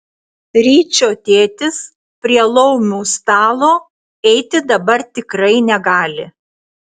ryčio tėtis prie laumių stalo eiti dabar tikrai negali